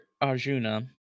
Arjuna